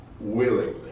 willingly